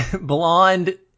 blonde